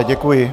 Děkuji.